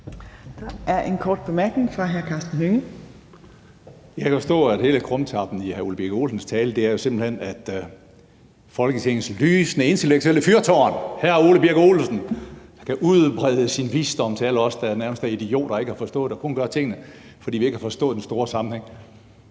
Der er en kort bemærkning fra hr. Karsten Hønge. Kl. 17:13 Karsten Hønge (SF): Jeg kan forstå, at hele krumtappen i hr. Ole Birk Olesens tale simpelt hen er, at Folketingets lysende intellektuelle fyrtårn, hr. Ole Birk Olesen, kan udbrede sin visdom til alle os, der nærmest er idioter, ikke har forstået noget og kun gør tingene, fordi vi ikke har forstået den store sammenhæng.